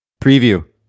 preview